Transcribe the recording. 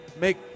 make